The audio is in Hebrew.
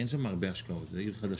אין שם הרבה השקעות, זו עיר חדשה.